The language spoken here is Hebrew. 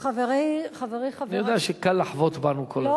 חברי חבר, אני יודע שקל לחבוט בנו כל הזמן.